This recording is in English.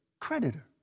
creditor